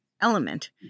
element